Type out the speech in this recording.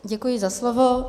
Děkuji za slovo.